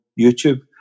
YouTube